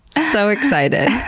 so excited.